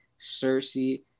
Cersei